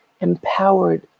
empowered